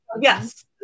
yes